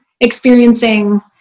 experiencing